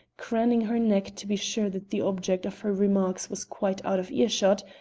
craning her neck to be sure that the object of her remarks was quite out of earshot,